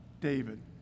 David